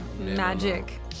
magic